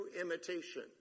imitation